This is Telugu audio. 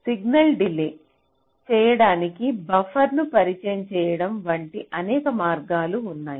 సిగ్నల్ డిలే చేయడానికి బఫర్లను పరిచయం చేయడం వంటి అనేక మార్గాలు ఉన్నాయి